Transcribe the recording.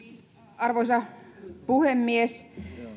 arvoisa puhemies